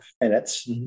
minutes